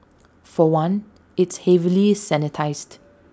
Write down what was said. for one it's heavily sanitised